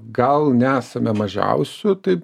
gal nesame mažiausių taip